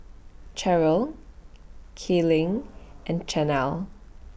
Cheryle Kayleigh and Chanelle